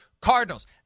Cardinals